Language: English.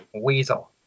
weasel